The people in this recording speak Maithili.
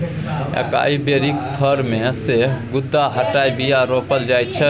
एकाइ बेरीक फर मे सँ गुद्दा हटाए बीया रोपल जाइ छै